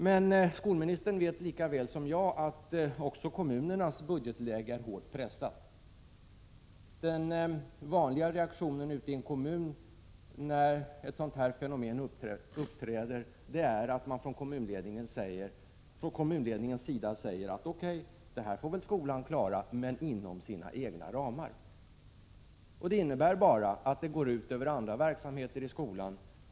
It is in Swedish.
Men skolministern vet lika väl som jag att också kommunernas budgetläge är hårt pressat. Den vanliga reaktionen i en kommun, när ett sådant här fenomen uppträder, är att man från kommunled ningens sida säger: O.K., det här får väl skolan klara, men inom sina egna — Prot. 1986/87:57 ramar. Det innebär att det går ut över andra verksamheter i skolan.